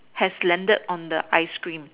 has landed on the ice cream